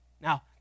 Now